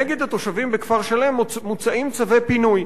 נגד התושבים בכפר-שלם מוצאים צווי פינוי.